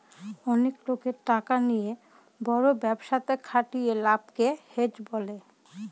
অনেক লোকের টাকা নিয়ে বড় ব্যবসাতে খাটিয়ে লাভকে হেজ বলে